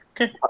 Okay